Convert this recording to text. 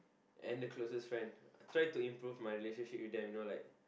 and the closest friend try to improve my relationship with them you know like